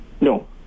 no